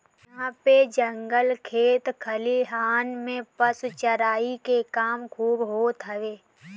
इहां पे जंगल खेत खलिहान में पशु चराई के काम खूब होत हवे